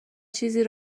چیزی